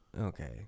Okay